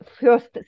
first